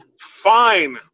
fine